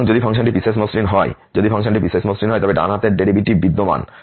সুতরাং যদি ফাংশনটি পিসওয়াইস মসৃণ হয় যদি ফাংশনটি পিসওয়াইস মসৃণ হয় তবে ডান ডেরিভেটিভ বিদ্যমান